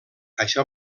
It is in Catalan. això